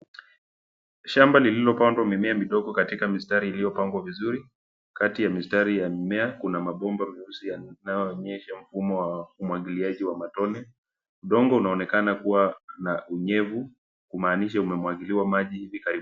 Shamba lililopandwa mimea midogo katika mistari iliyopangwa vizuri. Kati ya mistari ya mimea kuna mabomba meusi yanayoonyesha mfumo wa umwagiliaji wa matone. Udongo unaonekana kuwa na unyevu kumaanisha umemwagiliwa maji hivi karibuni.